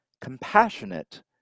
compassionate